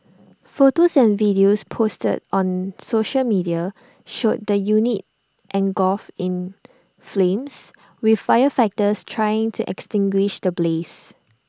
photos and videos posted on social media showed the unit engulfed in flames with firefighters trying to extinguish the blaze